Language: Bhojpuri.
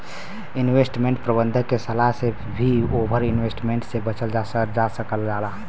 इन्वेस्टमेंट प्रबंधक के सलाह से भी ओवर इन्वेस्टमेंट से बचल रहल जा सकला